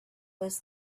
was